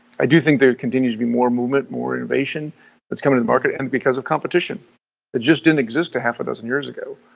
i do think there continues to be more movement, more innovation that's coming to market and because of competition that just didn't exist a half a dozen years ago.